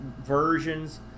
versions